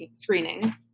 screening